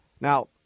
Now